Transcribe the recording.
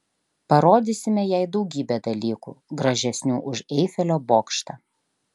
parodysime jai daugybę dalykų gražesnių už eifelio bokštą